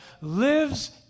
lives